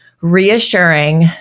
reassuring